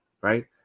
right